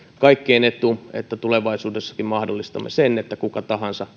kaikkien etu että tulevaisuudessakin mahdollistamme sen että kuka tahansa